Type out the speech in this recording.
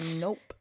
Nope